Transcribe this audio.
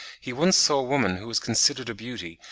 he once saw a woman who was considered a beauty,